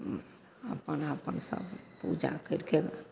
अपन अपन सभ पूजा करिके फेर